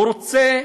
הוא רוצה